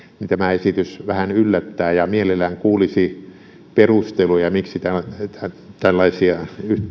niin tämä esitys vähän yllättää ja mielellään kuulisi perusteluja miksi tällaisia